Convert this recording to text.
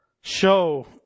show